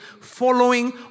following